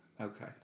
Okay